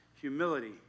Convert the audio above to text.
humility